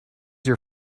your